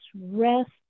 rest